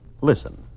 Listen